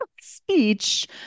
speech